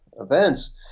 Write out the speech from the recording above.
events